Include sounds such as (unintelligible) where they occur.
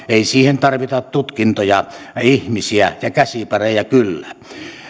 (unintelligible) ei siihen tarvita tutkintoja ihmisiä ja käsipareja kyllä